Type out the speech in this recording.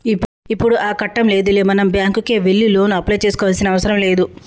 ఇప్పుడు ఆ కట్టం లేదులే మనం బ్యాంకుకే వెళ్లి లోను అప్లై చేసుకోవాల్సిన అవసరం లేదు